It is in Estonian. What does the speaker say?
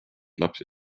lapsi